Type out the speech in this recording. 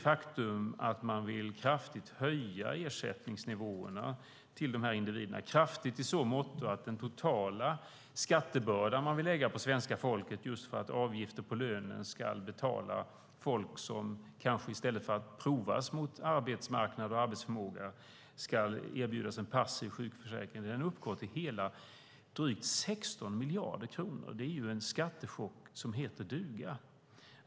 Faktum är att man vill kraftigt höja ersättningsnivåerna till individerna; kraftigt i så måtto att den totala skattebördan, som man vill lägga på svenska folket för att betala att folk som kanske i stället för att prövas mot arbetsmarknad och arbetsförmåga ska erbjudas en passiv sjukförsäkring, uppgår till drygt 16 miljarder kronor. Det är en skattechock som heter duga.